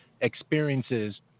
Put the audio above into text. experiences